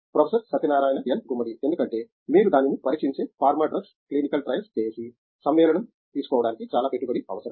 professor Satyanarayana N Gummadi ఎందుకంటే మీరు దానిని పరీక్షించే ఫార్మా డ్రగ్స్ క్లినికల్ ట్రయల్స్ చేసి సమ్మేళనం తీసుకోవడానికి చాలా పెట్టుబడి అవసరం